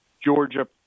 Georgia